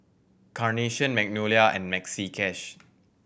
Carnation Magnolia and Maxi Cash